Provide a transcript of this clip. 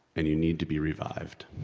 and you need to be revived.